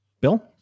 bill